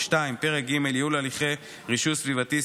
פרק ג' ייעול הליכי רישוי סביבתי,